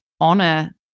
Honor